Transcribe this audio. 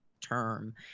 term